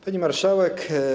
Pani Marszałek!